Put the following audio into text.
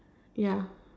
ya